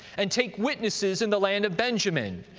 and take witnesses in the land of benjamin,